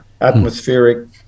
atmospheric